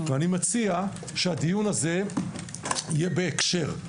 אנו מציעים שהדיון הזה יהיה בהקשר.